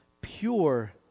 pure